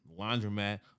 Laundromat